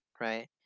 Right